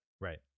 right